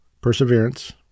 perseverance